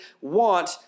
want